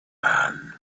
man